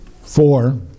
four